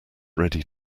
ready